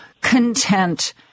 content